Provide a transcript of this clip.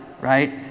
right